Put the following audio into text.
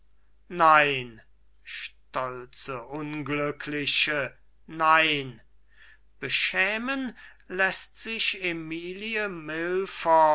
nein stolze unglückliche nein beschämen läßt sich emilie